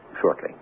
shortly